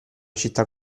città